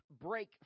break